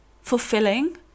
fulfilling